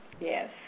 Yes